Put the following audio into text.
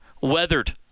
weathered